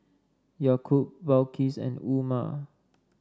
Yaakob Balqis and Umar